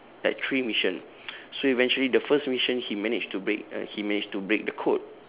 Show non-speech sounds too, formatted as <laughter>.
like three mission <noise> so eventually the first mission he manage to break uh he manage to break the code